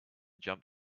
jump